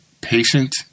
patient